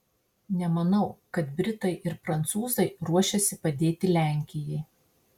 nemanau kad britai ir prancūzai ruošiasi padėti lenkijai